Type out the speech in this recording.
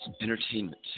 entertainment